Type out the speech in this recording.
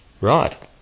Right